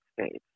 States